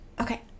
okay